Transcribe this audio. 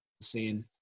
seen